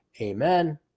Amen